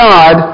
God